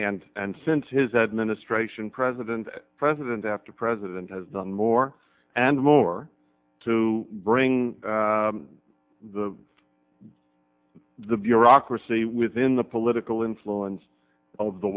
and and since his administration president president after president has done more and more to bring the the bureaucracy within the political